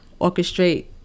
orchestrate